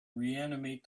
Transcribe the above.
reanimate